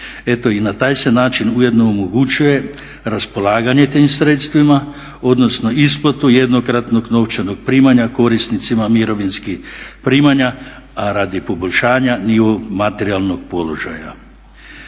Eto i na taj se način ujedno omogućuje raspolaganje tim sredstvima, odnosno isplatu jednokratnog novčanog primanja korisnicima mirovinskih primanja a radi poboljšanja njihovog materijalnog položaja.